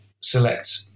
select